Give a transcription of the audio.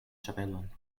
ĉapelon